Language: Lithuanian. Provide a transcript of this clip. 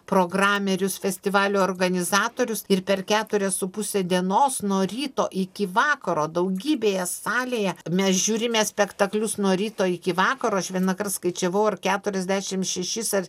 programerius festivalio organizatorius ir per keturias su puse dienos nuo ryto iki vakaro daugybėje salėje mes žiūrime spektaklius nuo ryto iki vakaro aš vienąkart skaičiavau ar keturiasdešim šešis ar